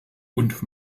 und